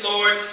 Lord